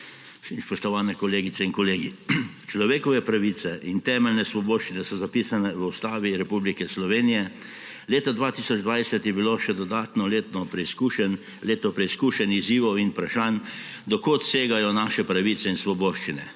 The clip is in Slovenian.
spoštovane kolegice in kolegi! Človekove pravice in temeljne svoboščine so zapisane v Ustavi Republike Slovenije. Leta 2020 je bilo še dodatno leto preizkušenj, izzivov in vprašanj, do kod segajo naše pravice in svoboščine.